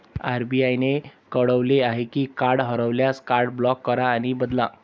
RBI ने कळवले आहे की कार्ड हरवल्यास, कार्ड ब्लॉक करा आणि बदला